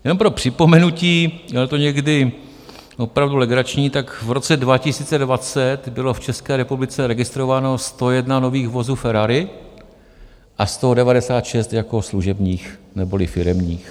Jen pro připomenutí, je to někdy opravdu legrační, tak v roce 2020 bylo v České republice registrováno 101 nových vozů Ferrari, a to 96 jako služebních neboli firemních.